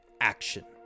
action